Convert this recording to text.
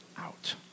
out